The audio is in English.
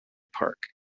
park